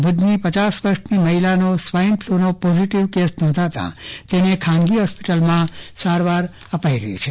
ભુજની પચાસ વર્ષની મહિલાનો સ્વાઈન ફલુનો પોઝીટીવ કેસ નોંધાતા તેને ખાનગી હોસ્પિટલમાં સારવાર અપાઈ રહી છે